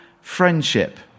friendship